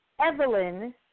Evelyn